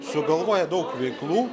sugalvoja daug veiklų